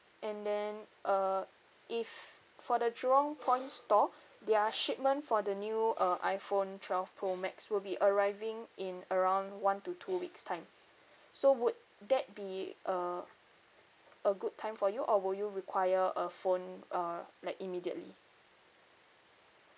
and then uh if for the jurong point store their shipment for the new uh iphone twelve pro max will be arriving in around one to two weeks' time so would that be a a good time for you or will you require a phone uh like immediately